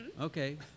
Okay